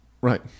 Right